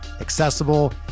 accessible